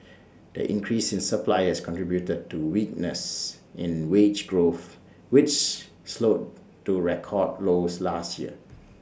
the increase in suppliers contributed to weakness in wage growth which slowed to record lows last year